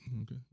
okay